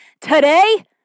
today